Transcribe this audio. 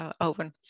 open